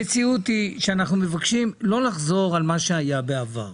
המציאות היא שאנחנו מבקשים לא לחזור על מה שהיה בעבר.